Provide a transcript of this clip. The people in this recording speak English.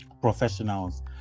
professionals